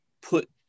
put